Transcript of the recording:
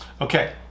Okay